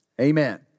Amen